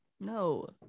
No